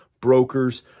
brokers